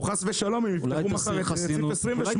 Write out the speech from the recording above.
או חס ושלום הם יפרקו ברציף 28 --- אולי